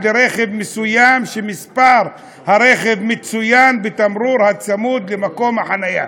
לרכב מסוים שמספר הרכב מצוין בתמרור הצמוד למקום החניה.